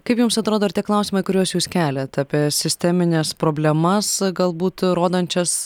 kaip jums atrodo ar tie klausimai kuriuos jūs keliat apie sistemines problemas galbūt rodančias